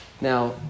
Now